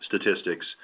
statistics